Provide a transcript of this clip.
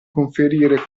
conferire